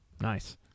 Nice